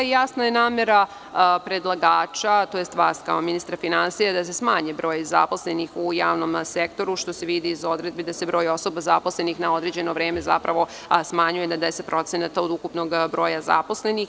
Jasna je namera predlagača, tj. vas kao ministra finansija da se smanji broj zaposlenih u javnom sektoru što se vidi iz odredbi da se broj osoba zaposlenih na određeno vreme smanjuje na 10% od ukupnog broja zaposlenih.